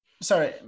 Sorry